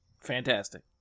Fantastic